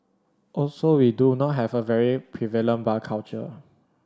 also we do not have a very prevalent bar culture